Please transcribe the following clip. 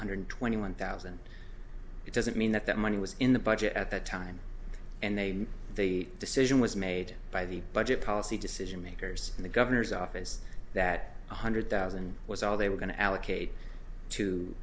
hundred twenty one thousand it doesn't mean that that money was in the budget at that time and they made a decision was made by the budget policy decision makers in the governor's office that one hundred thousand was all they were going to allocate to